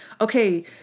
Okay